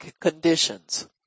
conditions